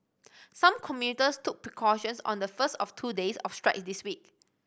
some commuters took precautions on the first of two days of strike in this week